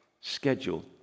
schedule